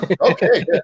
okay